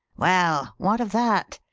well, what of that?